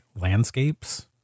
landscapes